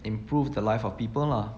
improve the life of people lah